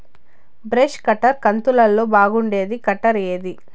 Brush cutter కంతులలో బాగుండేది cutter ఏది?